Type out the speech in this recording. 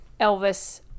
Elvis